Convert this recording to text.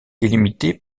délimitée